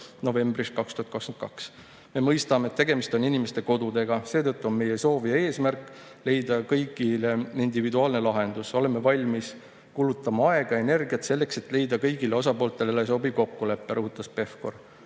novembris 2022. "Memõistame, et tegemist on inimeste kodudega. Seetõttu on meie soov ja eesmärk on leida kõigiga individuaalne lahendus. Oleme valmis kulutama aega ja energiat selleks, et leida kõigile osapooltele sobiv kokkulepe," rõhutas Pevkur,